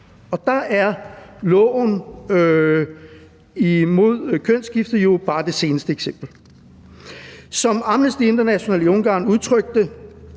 Der er loven imod kønsskifte jo bare det seneste eksempel. Som Amnesty International i Ungarn udtrykte